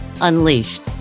unleashed